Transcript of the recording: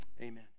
Amen